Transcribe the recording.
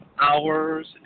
hours